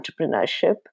entrepreneurship